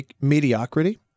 mediocrity